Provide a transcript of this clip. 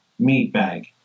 meatbag